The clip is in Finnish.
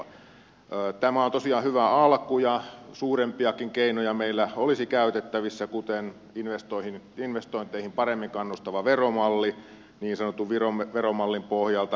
tämä on tosiaan hyvä alku ja suurempiakin keinoja meillä olisi käytettävissä kuten investointeihin paremmin kannustava veromalli niin sanotun viron veromallin pohjalta